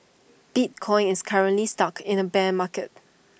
bitcoin is currently stuck in the bear market